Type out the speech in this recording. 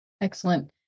Excellent